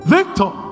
Victor